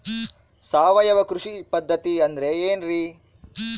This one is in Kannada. ಸಾವಯವ ಕೃಷಿ ಪದ್ಧತಿ ಅಂದ್ರೆ ಏನ್ರಿ?